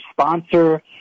sponsor